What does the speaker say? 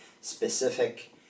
specific